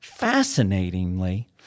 Fascinatingly